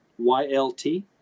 YLT